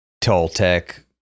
Toltec